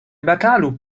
batalu